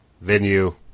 venue